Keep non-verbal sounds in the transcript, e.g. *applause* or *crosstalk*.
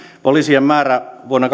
poliisien määrä vuonna *unintelligible*